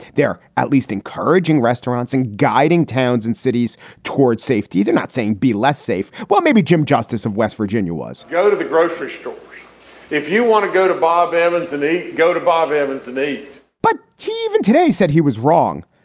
they're at least encouraging restaurants and guiding towns and cities towards safety. they're not saying be less safe. well, maybe jim justice of west virginia was go to the grocery store if you want to go to bob evans and go to bob evans today but he even today said he was wrong.